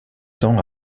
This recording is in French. temps